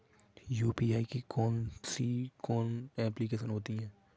UPI की कौन कौन सी एप्लिकेशन हैं?